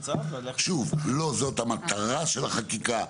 שוב, לא זאת המטרה של החקיקה,